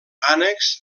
ànecs